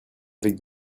avec